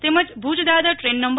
તેમજ ભુજ દાદર દ્રેન નં